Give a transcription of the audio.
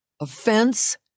offense